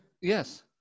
Yes